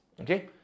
okay